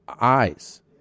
eyes